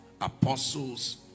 apostles